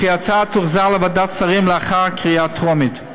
וכי ההצעה תוחזר לוועדת שרים לאחר קריאה טרומית.